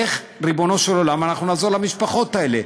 איך, ריבונו של עולם, נעזור למשפחות האלה?